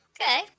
Okay